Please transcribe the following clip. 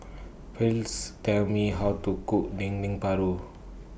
Please Tell Me How to Cook Dendeng Paru